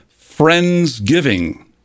Friendsgiving